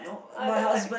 I don't like